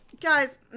Guys